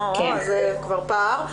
אז זה כבר פער.